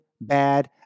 bad